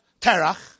Terach